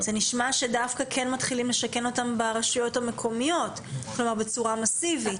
זה נשמע שדווקא כן מתחילים לשכן אותם ברשויות המקומיות בצורה מסיבית.